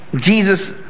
Jesus